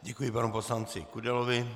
Děkuji panu poslanci Kudelovi.